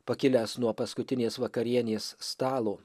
pakilęs nuo paskutinės vakarienės stalo